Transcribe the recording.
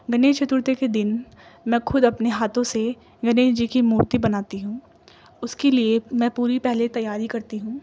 گنیش چترتھی کے دن میں خود اپنے ہاتھوں سے گنیش جی کی مورتی بناتی ہوں اس کے لیے میں پوری پہلے تیاری کرتی ہوں